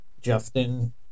Justin